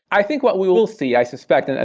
i think what we will see i suspect, and